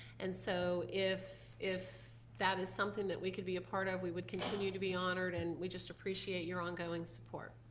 and so if if that is something that we could be a part of we would continue to be honored and we just appreciate your ongoing support.